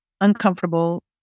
Uncomfortable